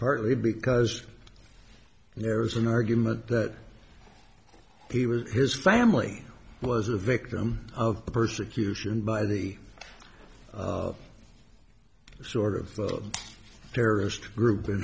partly because there is an argument that he was his family was a victim of persecution by the sort of terrorist group a